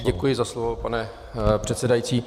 Děkuji za slovo, pane předsedající.